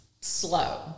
slow